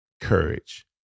courage